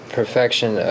perfection